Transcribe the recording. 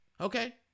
Okay